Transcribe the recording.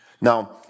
Now